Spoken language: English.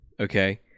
okay